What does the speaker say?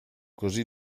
così